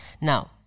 Now